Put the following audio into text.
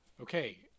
okay